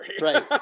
right